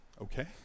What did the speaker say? Okay